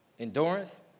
Endurance